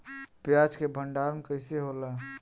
प्याज के भंडारन कइसे होला?